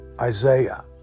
Isaiah